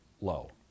low